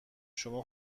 شما